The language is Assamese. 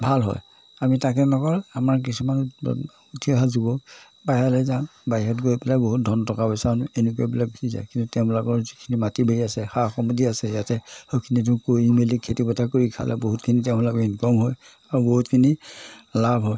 ভাল হয় আমি তাকে নকৰোঁ আমাৰ কিছুমান উঠি অহা যুৱক বাহিৰলে যায় বাহিৰত গৈ পেলাই বহুত ধন টকা পইচা নো যায় কিন্তু তেওঁলোকৰ যিখিনি মাটি বেয়া আছে সা সম্পত্তি আছে ইয়াতে সেইখিনিতো কৰি মেলি খেতিপথাৰ কৰি খালে বহুতখিনি তেওঁলোকে ইনকম হয় আৰু বহুতখিনি লাভ হয়